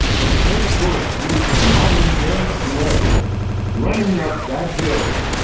and kate bush used a modern dance duet in running up that hill.